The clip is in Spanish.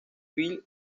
phil